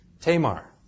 Tamar